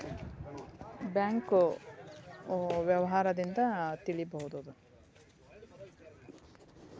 ಸಾಲದ್ ಸ್ಥಿತಿಗತಿ ಬಗ್ಗೆ ಹೆಂಗ್ ತಿಳ್ಕೊಬೇಕು?